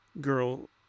Girl